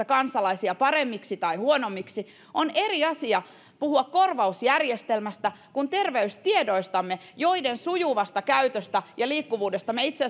kansalaisia paremmiksi tai huonommiksi on eri asia puhua korvausjärjestelmästä kuin terveystiedoistamme joiden sujuvasta käytöstä ja liikkuvuudesta me itse